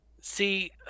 See